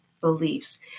beliefs